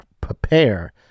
prepare